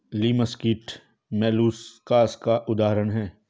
लिमस कीट मौलुसकास का उदाहरण है